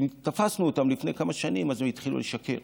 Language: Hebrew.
כשתפסנו אותם לפני כמה שנים, אז הם התחילו לשקר.